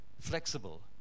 Flexible